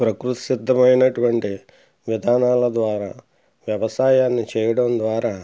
ప్రకృతి సిద్దమైనటువంటి విధానాల ద్వారా వ్యవసాయాన్ని చేయడం ద్వారా